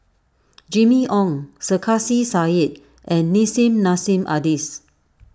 Jimmy Ong Sarkasi Said and Nissim Nassim Adis